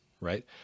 right